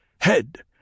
Head